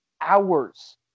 hours